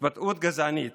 התבטאות גזענית